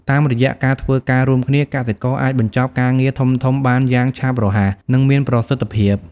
តាមរយៈការធ្វើការរួមគ្នា កសិករអាចបញ្ចប់ការងារធំៗបានយ៉ាងឆាប់រហ័ស និងមានប្រសិទ្ធភាព។